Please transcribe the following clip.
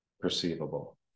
perceivable